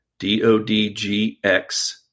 DODGX